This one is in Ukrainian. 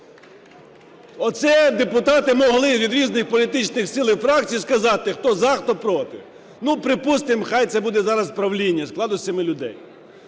оце депутати могли від різних політичних сил і фракцій сказати: хто – за, хто – проти. Ну, припустимо, хай це буде зараз правління складом з семи людей,